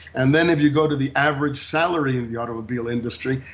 and then if you go to the average salary in the automobile industry,